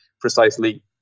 precisely